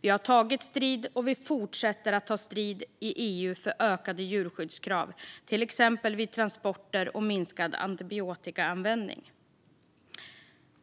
Vi har tagit strid, och vi fortsätter att ta strid i EU, för ökade djurskyddskrav till exempel vid transporter och för minskad antibiotikaanvändning.